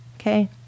Okay